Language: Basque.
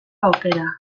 aukera